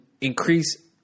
increase